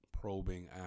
Probing